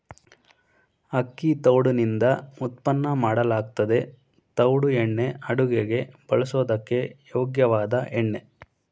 ಅಕ್ಕಿ ತವುಡುನಿಂದ ಉತ್ಪನ್ನ ಮಾಡಲಾಗ್ತದೆ ತವುಡು ಎಣ್ಣೆ ಅಡುಗೆಗೆ ಬಳಸೋದಕ್ಕೆ ಯೋಗ್ಯವಾದ ಎಣ್ಣೆ